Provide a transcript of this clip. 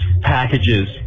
packages